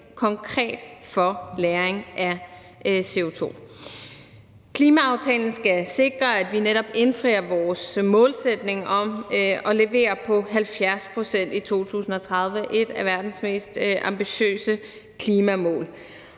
konkret for lagring af CO2. Klimaaftalen skal sikre, at vi netop når vores målsætning om at levere på 70 pct. i 2030 – et af verdens mest ambitiøse klimamål.